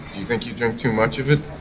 you think you drink too much of it?